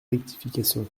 rectification